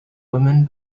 women